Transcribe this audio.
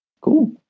Cool